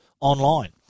online